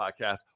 podcast